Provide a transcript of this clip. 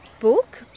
book